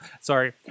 Sorry